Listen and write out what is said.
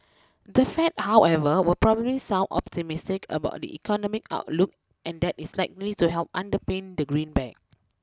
the Fed however will probably sound optimistic about the economic outlook and that is likely to help underpin the greenback